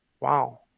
Wow